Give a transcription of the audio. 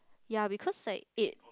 ya because like eight